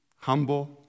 humble